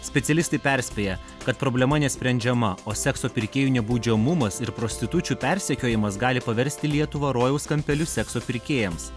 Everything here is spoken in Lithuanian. specialistai perspėja kad problema nesprendžiama o sekso pirkėjų nebaudžiamumas ir prostitučių persekiojimas gali paversti lietuvą rojaus kampeliu sekso pirkėjams